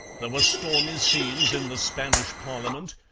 there were stormy scenes in the spanish parliament,